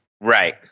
Right